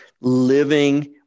living